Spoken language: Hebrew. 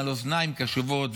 על אוזניים קשובות.